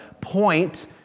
point